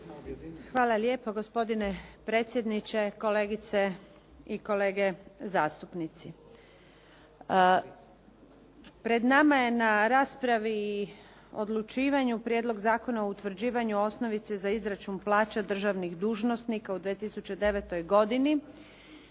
Hvala lijepo gospodine predsjedniče, kolegice i kolege zastupnici. Pred nama je na raspravi o odlučivanju Prijedlog zakona o utvrđivanju osnovice za izračun plaća državnih dužnosnika u 2009. godini